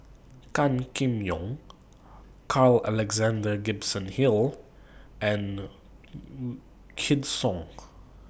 Gan Kim Yong Carl Alexander Gibson Hill and Wykidd Song